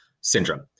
syndrome